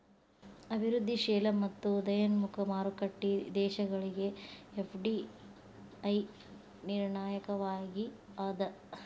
ಅಭಿವೃದ್ಧಿಶೇಲ ಮತ್ತ ಉದಯೋನ್ಮುಖ ಮಾರುಕಟ್ಟಿ ದೇಶಗಳಿಗೆ ಎಫ್.ಡಿ.ಐ ನಿರ್ಣಾಯಕವಾಗಿ ಅದ